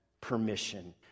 permission